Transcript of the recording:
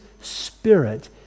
spirit